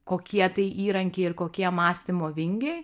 kokie tai įrankiai ir kokie mąstymo vingiai